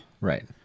Right